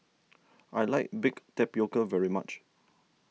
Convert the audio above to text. I like Baked Tapioca very much